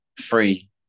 free